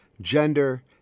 gender